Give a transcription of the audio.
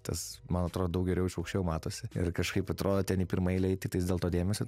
tas man atrodo daug geriau iš aukščiau matosi ir kažkaip atrodo ten į pirmą eilę eit tiktais dėl to dėmesio